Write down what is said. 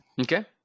Okay